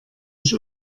ich